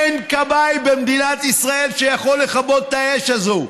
אין כבאי במדינת ישראל שיכול לכבות את האש הזאת,